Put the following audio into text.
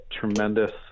tremendous